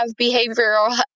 behavioral